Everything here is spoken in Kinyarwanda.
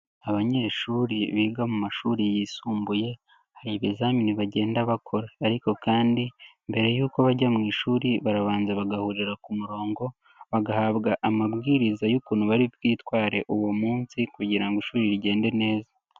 Abanyeshuri biga mu mashuri yisumbuye hari ibizamini bagenda bakora, ariko kandi mbere yuko bajya mu ishuri barabanza bagahurira ku murongo bagahabwa amabwiriza y'ukuntu bari bwitware uwo munsi kugira ngo ishuri rigende neza.